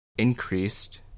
Increased